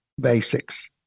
basics